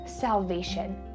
salvation